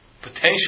potential